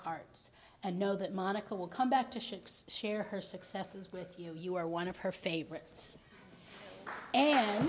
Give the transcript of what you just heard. hearts and know that monica will come back to should share her successes with you you are one of her favorites and